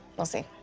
we'll see.